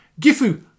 Gifu